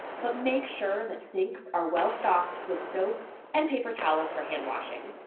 but make sure that sinks are well-stocked with soap and paper towels for handwashing.